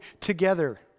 together